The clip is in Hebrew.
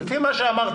לפי מה שאמרת